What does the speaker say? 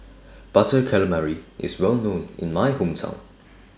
Butter Calamari IS Well known in My Hometown